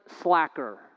Slacker